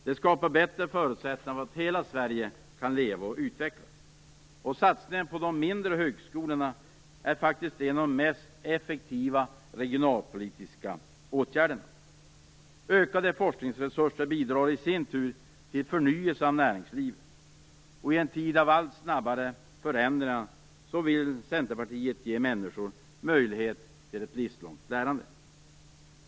Det skapar bättre förutsättningar för att hela Sverige skall kunna leva och utvecklas. Och satsningen på de mindre högskolorna är faktiskt en av de mest effektiva regionalpolitiska åtgärderna. Ökade forskningsresurser bidrar i sin tur till förnyelse av näringslivet. I en tid av allt snabbare förändringar vill Centerpartiet ge människor möjlighet till ett livslångt lärande.